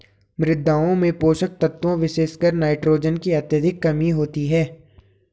मृदाओं में पोषक तत्वों विशेषकर नाइट्रोजन की अत्यधिक कमी होती है